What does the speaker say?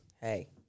Hey